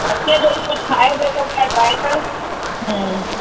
बाक़ीअ जो कुझु खाइबो त भला ड्राइवर